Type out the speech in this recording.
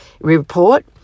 report